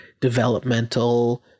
developmental